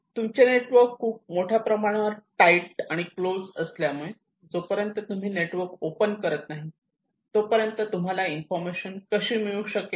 तुमचे नेटवर्क खूप मोठ्या प्रमाणावर टाइट आणि क्लोज असल्यामुळे जोपर्यंत तुम्ही नेटवर्क ओपन करत नाही तोपर्यंत तुम्हाला इन्फॉर्मेशन कसे मिळू शकेल